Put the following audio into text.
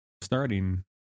starting